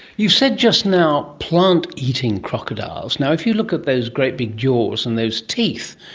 you said just now plant-eating crocodiles. now, if you look at those great big jaws and those teeth,